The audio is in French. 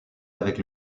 avec